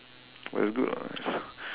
very good lah so